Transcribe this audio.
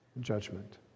judgment